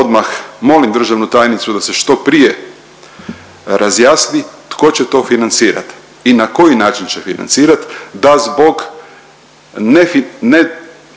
odmah molim državnu tajnicu da se što prije razjasni tko će to financirat i na koji način će financirat da zbog